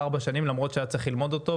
ארבע שנים למרות שהיה צריך ללמוד אותו,